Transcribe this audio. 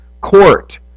court